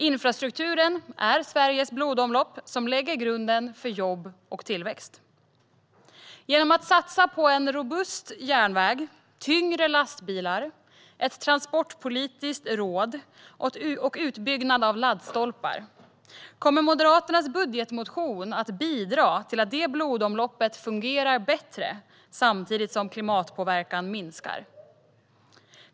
Infrastrukturen är Sveriges blodomlopp som lägger grunden för jobb och tillväxt. Genom att satsa på en robust järnväg, tyngre lastbilar, ett transportpolitiskt råd och utbyggnad av laddstolpar kommer Moderaternas budgetmotion att bidra till att detta blodomlopp fungerar bättre samtidigt som klimatpåverkan minskar.